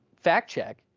fact-check